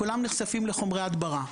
כולם נחשפים לחומרי הדברה.